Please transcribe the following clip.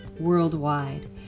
Worldwide